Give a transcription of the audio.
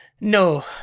No